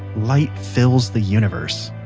light fills the universe,